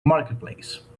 marketplace